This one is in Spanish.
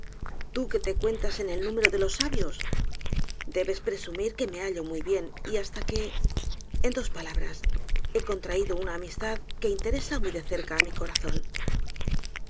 tú que te cuentas en el número de los sabios debes presumir que me hallo muy bien y hasta que en dos palabras he contraído una amistad que interesa muy de cerca á mi corazón